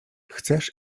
chcesz